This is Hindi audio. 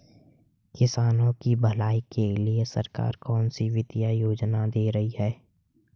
किसानों की भलाई के लिए सरकार कौनसी वित्तीय योजना दे रही है?